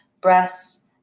breasts